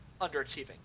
underachieving